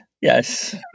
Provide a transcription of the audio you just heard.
Yes